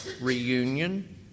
reunion